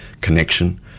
connection